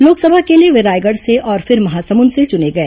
लोकसभा के लिए वे रायगढ़ से और फिर महासमुंद से चुने गए